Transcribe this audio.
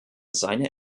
seine